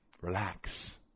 Relax